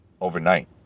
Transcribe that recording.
overnight